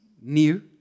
new